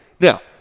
Now